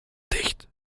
dicht